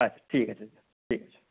আচ্ছা ঠিক আছে ঠিক আছে